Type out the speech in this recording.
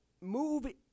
Move